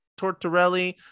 Tortorelli